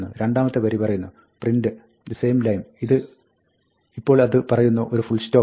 രണ്ടാമത്തെ വരി പറയുന്നു 'print"same line"' ഇപ്പോൾ അത് പറയുന്നു ഒരു ഫുൾസ്റ്റോപ്പും